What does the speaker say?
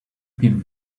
been